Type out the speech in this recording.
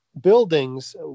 buildings